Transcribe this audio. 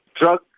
drug